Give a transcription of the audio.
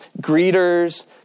greeters